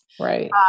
Right